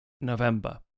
November